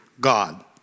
God